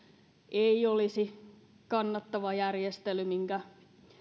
ei olisi kannattava järjestely minkä